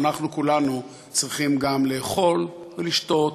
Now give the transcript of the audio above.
אנחנו כולנו צריכים גם לאכול ולשתות,